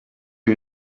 you